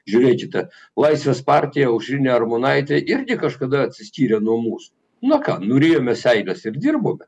žiūrėkite laisvės partija aušrinė armonaitė irgi kažkada atsiskyrė nuo mūs nu o ką nurijome seiles ir dirbome